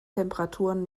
temperaturen